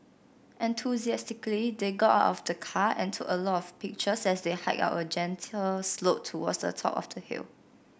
enthusiastically they got out of the car and took a lot of pictures as they hiked up a gentle slope towards the top of the hill